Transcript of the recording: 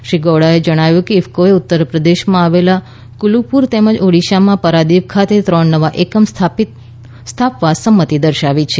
શ્રી ગૌવડાએ જણાવ્યું કે ઇફકોએ ઉત્તરપ્રદેશમાં આવેલા અને ક્રલપુર તેમજ ઓડિશામાં પરાદીપ ખાતે ત્રણ નવા એકમ સ્થાપવા સંમતિ દર્શાવી છે